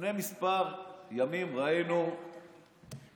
לפני כמה ימים ראינו בטלוויזיה,